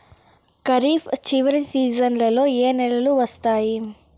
ఖరీఫ్ చివరి సీజన్లలో ఏ నెలలు వస్తాయి?